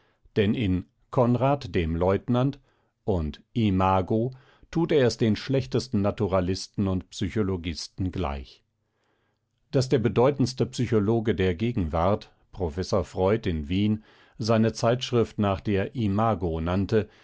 denn in conrad der leutnant und imago tut er es den schlechtesten naturalisten und psychologisten gleich daß der bedeutendste psychologe der gegenwart professor freud in wien seine zeitschrift nach der imago nannte